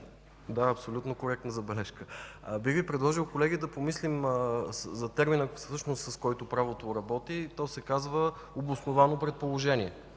Да, абсолютно коректна забележка. Бих Ви предложил, колеги, да помислим за термина, с който правото работи. Той се казва „обосновано предположение”,